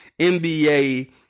NBA